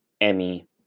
Emmy